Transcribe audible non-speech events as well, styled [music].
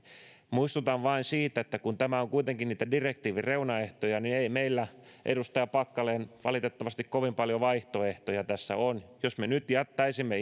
muistutan vain siitä että kun tämä on kuitenkin niitä direktiivin reunaehtoja niin ei meillä edustaja packalen valitettavasti kovin paljon vaihtoehtoja tässä ole jos me nyt jättäisimme [unintelligible]